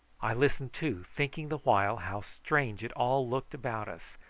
i listened too, thinking the while how strange it all looked about us,